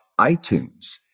iTunes